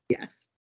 yes